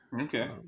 Okay